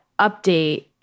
update